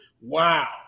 wow